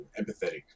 empathetic